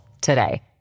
today